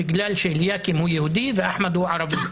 בגלל שאליקים הוא יהודי ואחמד הוא ערבי.